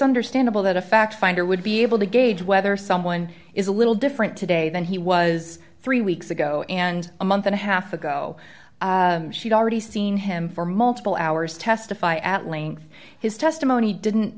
understandable that a fact finder would be able to gauge whether someone is a little different today than he was three weeks ago and a month and a half ago she'd already seen him for multiple hours testify at length his testimony didn't